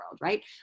right